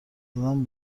زدن